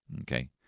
Okay